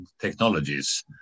technologies